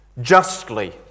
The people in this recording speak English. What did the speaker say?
justly